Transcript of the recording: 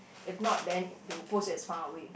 if not then they will post you as far away